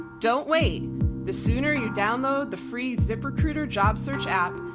don't wait the sooner you download the free ziprecruiter job search app,